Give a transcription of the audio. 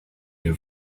new